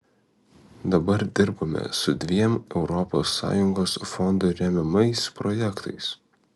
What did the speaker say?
dabar dirbame su dviem europos sąjungos fondų remiamais projektais